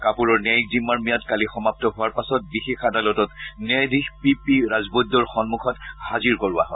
কাপুৰৰ ন্যায়িক জিম্মাৰ ম্যাদ কালি সমাপ্ত হোৱাৰ পাছত বিশেষ আদালতৰ ন্যায়াধীশ পি পি ৰাজবৈদ্যৰ সন্মুখত হাজিৰ কৰোৱা হয়